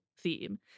theme